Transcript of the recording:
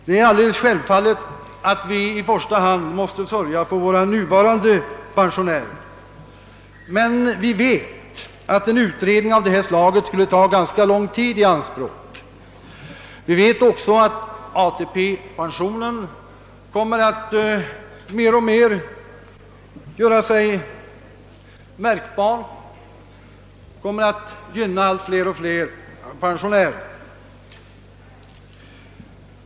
Det är självfallet att vi i första hand måste sörja för våra nuvarande pensionärer, Vi vet dock att en utredning av detta slag skulle ta ganska lång tid i anspråk. Vi vet också att ATP pensionen kommer att mer och mer göra sig märkbar och gynna allt fler pensionärer.